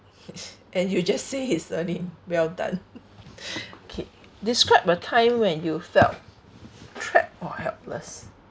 and you just say he's earning well done K describe a time when you felt trapped or helpless